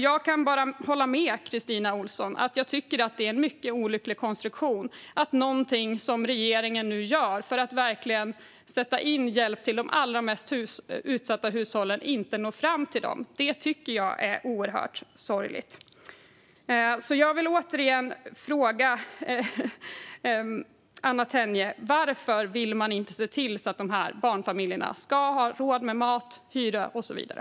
Jag kan bara hålla med Christina Olsson om att det är en mycket olycklig konstruktion att någonting som regeringen gör för att verkligen sätta in hjälp till de allra mest utsatta hushållen inte når fram till dem. Det är oerhört sorgligt. Varför vill man inte, Anna Tenje, se till att barnfamiljerna får råd med mat, hyra och så vidare?